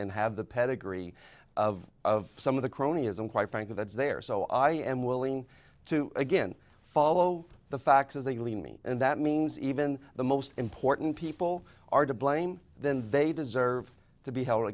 and have the pedigree of some of the cronyism quite frankly that is there so i am willing to again follow the facts as they lead me and that means even the most important people are to blame then they deserve to be held